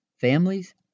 families